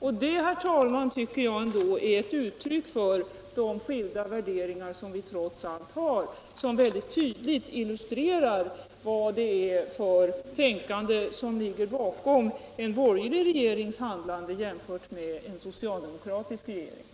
Och det, herr talman, tycker jag ändå är ett uttryck för de skilda värderingar som vi trots allt har och som tydligt illustrerar vad det är för tänkande som ligger bakom en borgerlig regerings handlande jämfört med en socialdemokratisk regerings.